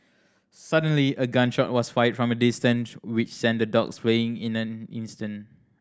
suddenly a gun shot was fired from a distance which sent the dogs fleeing in an instant